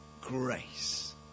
grace